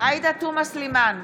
עאידה תומא סלימאן,